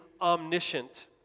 omniscient